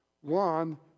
One